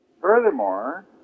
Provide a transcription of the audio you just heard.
Furthermore